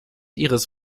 ihres